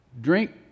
Drink